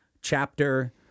chapter